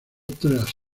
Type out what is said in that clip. tras